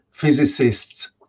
physicists